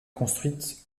construite